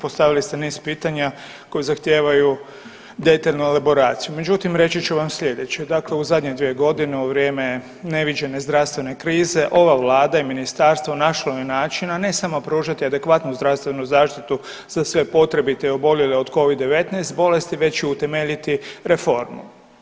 Postavili ste niz pitanja koji zahtijevaju detaljnu elaboraciju, međutim reći ću vam sljedeće, dakle u zadnje dvije godine u vrijeme neviđene zdravstvene krize ova vlada i ministarstvo našlo je načina ne samo pružati adekvatnu zdravstvenu zaštitu za sve potrebite i oboljele od covid-19 bolesti već i utemeljiti reformu.